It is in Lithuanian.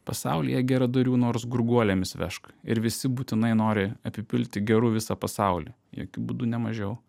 pasaulyje geradarių nors gurguolėmis vežk ir visi būtinai nori apipilti geru visą pasaulį jokiu būdu ne mažiau